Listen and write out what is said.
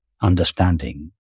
understanding